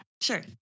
sure